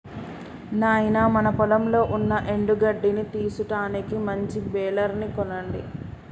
నాయినా మన పొలంలో ఉన్న ఎండు గడ్డిని తీసుటానికి మంచి బెలర్ ని కొనండి